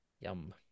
Yum